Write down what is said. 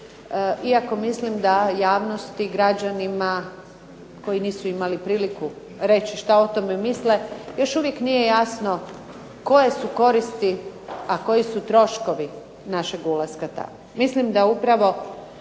iako mislim da javnost i građanima koji nisu imali priliku reći šta o tome misle još nije jasno koje su koristi, a koji su troškovi našeg ulaska tamo. Mislim da upravo